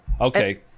okay